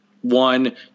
one